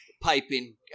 piping